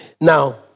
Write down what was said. Now